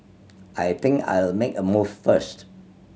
I think I'll make a move first